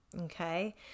Okay